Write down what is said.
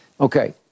Okay